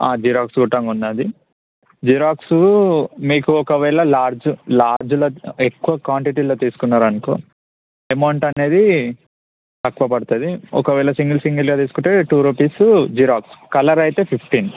xerox కొట్టానికి ఉన్నాది xerox మీకు ఒకవేళ లార్జ్ లార్జ్లో ఎక్కువ క్వాంటిటీలో తీసుకున్నారనుకో అమౌంట్ అనేది తక్కువ పడుతుంది ఒకవేళ సింగిల్ సింగిల్గా తీసుకుంటే టూ రూపీస్ జిరాక్స్ కలర్ అయితే ఫిఫ్టీన్